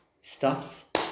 stuffs